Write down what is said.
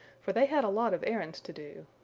for they had a lot of errands to do.